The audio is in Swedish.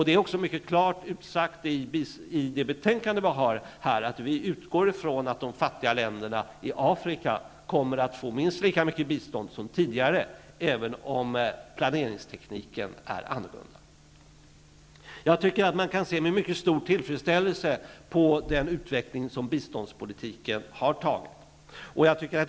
Det är också mycket klart utsagt i betänkandet att vi utgår från att de fattiga länderna i Afrika kommer att få minst lika mycket bistånd som tidigare, även om planeringstekniken är annorlunda. Man kan se med mycket stor tillfredsställelse på den utveckling som biståndspolitiken har genomgått.